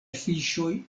fiŝoj